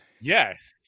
Yes